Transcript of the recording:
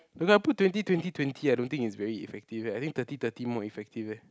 when I put twenty twenty twenty I don't think it's very effective eh I think thirty thirty more effective eh